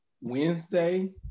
Wednesday